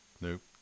nope